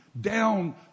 down